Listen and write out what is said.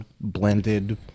blended